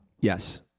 Yes